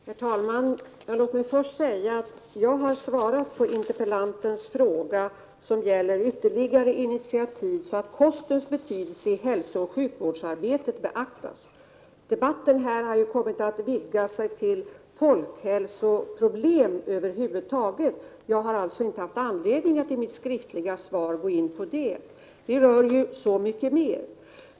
Herr talman! Låg mig först säga att jag har svarat på interpellantens fråga, som gäller ytterligare initiativ så att kostens betydelse i hälsooch sjukvårdsarbetet beaktas. Debatten här har kommit att vidgas till folkhälsoproblem över huvud taget. Jag har alltså inte haft anledning att i mitt skriftliga svar gå in på det. Det rör ju så mycket mer.